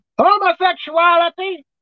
Homosexuality